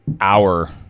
hour